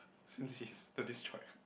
since he's the destroyer